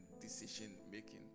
decision-making